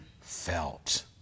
felt